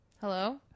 Hello